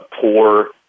poor